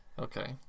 Okay